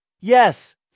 Yes